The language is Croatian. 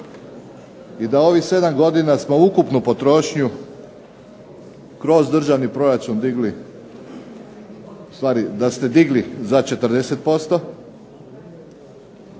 i da ovih 7 godina smo ukupnu potrošnju kroz državni proračun digli, ustvari da ste digli za 40%,